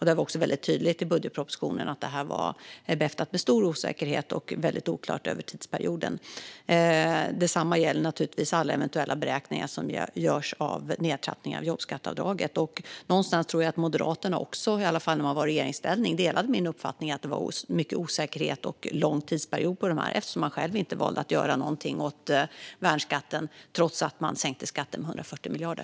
Det är också tydligt i budgetpropositionen att det är behäftat med stor osäkerhet och att det är mycket oklart under tidsperioden. Detsamma gäller alla eventuella beräkningar av nedtrappningen av jobbskatteavdraget. Jag tror att också Moderaterna, i alla fall när man var i regeringsställning, delar min uppfattning att det finns stor osäkerhet och att det är en lång tidsperiod. Man valde nämligen själv att inte göra någonting åt värnskatten, trots att man sänkte skatten med 140 miljarder.